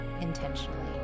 intentionally